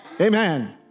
amen